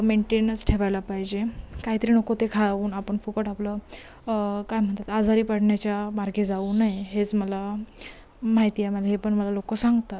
maintenance ठेवायला पाहिजे काहीतरी नको ते खाऊन आपण फुकट आपलं काय म्हणतात आजारी पडण्याच्या मार्गे जाऊ नये हेच मला माहिती आहे म हे पण मला लोकं सांगतात